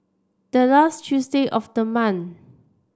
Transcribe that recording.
the last Tuesday of the month